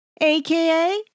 aka